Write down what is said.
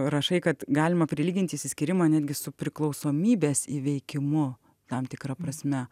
rašai kad galima prilyginti išsiskyrimą netgi su priklausomybės įveikimu tam tikra prasme